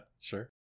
sure